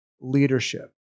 leadership